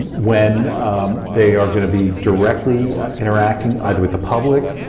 when they are gonna be directly interacting either with the public,